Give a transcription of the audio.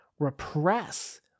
repress